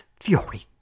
fury